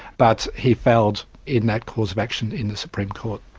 but he failed in that course of action in the supreme court.